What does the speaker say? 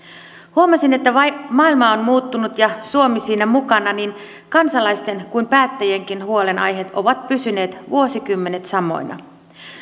huomasin että vaikka maailma on muuttunut ja suomi siinä mukana niin kansalaisten kuin päättäjienkin huolenaiheet ovat pysyneet vuosikymmenet samoina